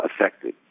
affected